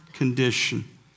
condition